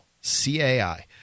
C-A-I